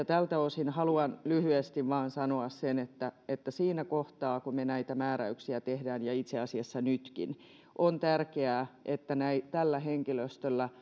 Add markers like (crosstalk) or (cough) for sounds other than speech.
potilaita tältä osin haluan lyhyesti vain sanoa sen että että siinä kohtaa kun me näitä määräyksiä teemme ja itse asiassa nytkin on tärkeää että tällä henkilöstöllä (unintelligible)